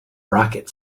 rocket